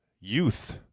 youth